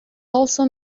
also